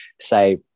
say